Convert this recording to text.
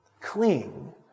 Cling